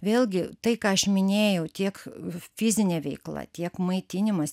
vėlgi tai ką aš minėjau tiek fizinė veikla tiek maitinimas